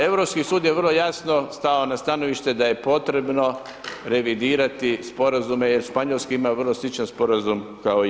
Europski sud je vrlo jasno stao na stanovište da je potrebno revidirati sporazume jer Španjolska ima vrlo sličan sporazum kao i mi.